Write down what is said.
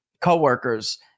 co-workers